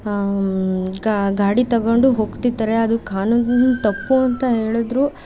ಹಾಂ ಗಾಡಿ ತಗೊಂಡು ಹೋಗ್ತಿರ್ತಾರೆ ಅದು ಕಾನೂನು ತಪ್ಪು ಅಂತ ಹೇಳಿದ್ರು